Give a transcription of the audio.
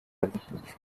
halten